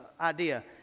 idea